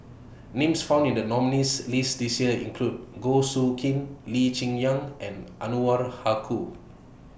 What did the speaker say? Names found in The nominees' list This Year include Goh Soo Khim Lee Cheng Yan and